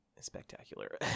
spectacular